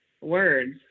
words